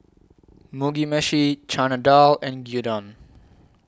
Mugi Meshi Chana Dal and Gyudon